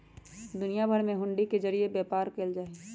दुनिया भर में हुंडी के जरिये व्यापार कएल जाई छई